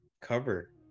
cover